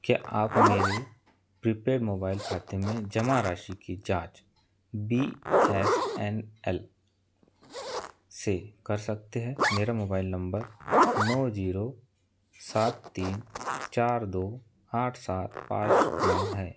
क्या आप मेरे प्रीपेड मोबाइल खाते में जमा राशि की जाँच बी एस एन एल से कर सकते हैं मेरा मोबाइल नंबर नौ जीरो सात तीन चार दो आठ सात पाँच नौ है